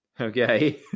Okay